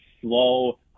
slow